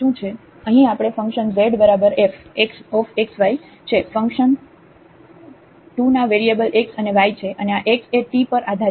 તેથી અહીં આપણે ફંકશન z બરાબર f x y છે ફંક્શન 2 ના વેરિયેબલ x અને y છે અને આ x એ t પર આધારિત છે